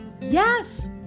Yes